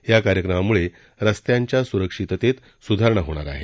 या कार्यक्रमामुळे रस्त्यांच्या स्रक्षिततेत सुधारणा होणार आहे